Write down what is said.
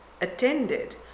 attended